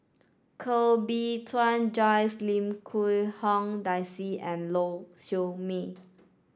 Koh Bee Tuan Joyce Lim Quee Hong Daisy and Lau Siew Mei